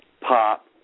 pop